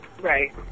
Right